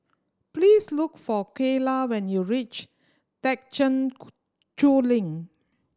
please look for Kayla when you reach Thekchen Choling